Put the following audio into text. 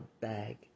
bag